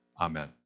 Amen